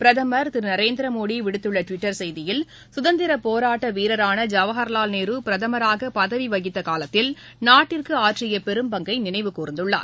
பிரதமர் திருநரேந்திரமோடிவிடுத்துள்ளடுவிட்டர் செய்தியில் சுதந்திரப் போராட்டவீரரான ஜவஹ்வால் நேருபிரதமராகபதவிவகித்தகாலத்தில் நாட்டிற்குஆற்றியபெரும்பங்கை நினைவு கூர்ந்துள்ளார்